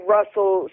Russell